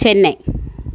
Chennai